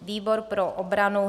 Výbor pro obranu: